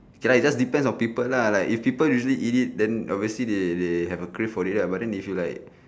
K lah it just depends on people lah like if people usually eat it then obviously they they have a crave for it lah but then if you like